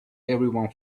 everyone